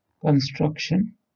Construction